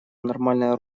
нормальное